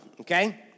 okay